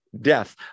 death